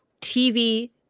tv